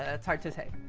ah it's hard to say.